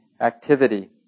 activity